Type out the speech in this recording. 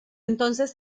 entonces